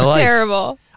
Terrible